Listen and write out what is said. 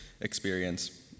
experience